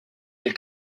des